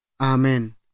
Amen